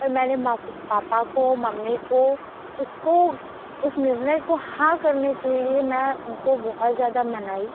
और मैंने मा पापा को मम्मी को उसको उस निर्णय को हाँ करने के लिए मैं उनको बहुत ज़्यादा मनाई